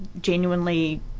genuinely